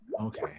Okay